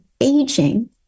aging